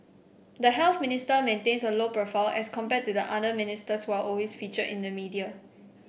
the Health Minister maintains a low profile as compared to the other ministers who are always featured in the media